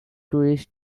tourist